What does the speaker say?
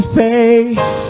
face